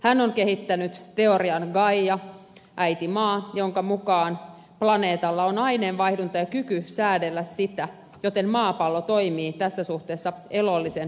hän on kehittänyt teorian gaia äiti maa jonka mukaan planeetalla on aineenvaihdunta ja kyky säädellä sitä joten maapallo toimii tässä suhteessa elollisen olennon lailla